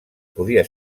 podia